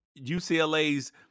UCLA's